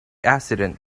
accident